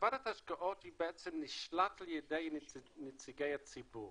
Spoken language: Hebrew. ועדת ההשקעות בעצם נשלטת על ידי נציגי הציבור